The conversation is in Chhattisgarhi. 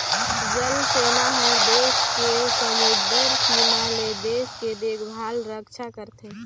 जल सेना हर देस के समुदरर सीमा ले देश के देखभाल रक्छा करथे